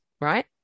right